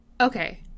okay